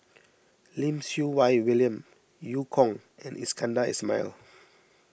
Lim Siew Wai William Eu Kong and Iskandar Ismail